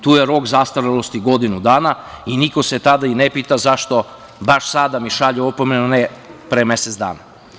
Tu je rok zastarelosti godinu dana i niko se tada i ne pita zašto baš sada mi šalju opomenu, a ne pre mesec dana.